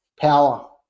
power